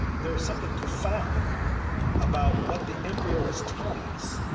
there is something profound about what the embryo was telling us.